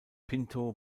pinto